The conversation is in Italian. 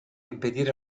impedire